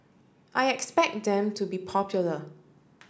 I expect them to be popular